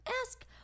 Ask